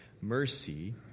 Mercy